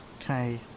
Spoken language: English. Okay